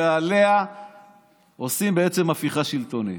ועליה עושים בעצם הפיכה שלטונית.